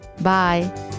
Bye